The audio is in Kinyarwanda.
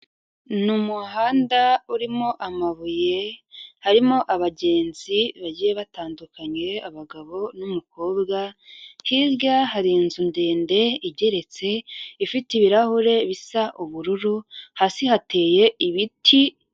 Ni muhanda urimo amabuye. Harimo abagenzi bagiye batandukanye abagabo n'umukobwa. Hirya hari inzu ndende igeretse ifite ibirahure bisa ubururu hasi hateye ibiti.